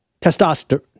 Testosterone